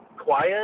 quiet